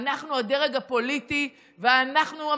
אנחנו הדרג הפוליטי ואנחנו,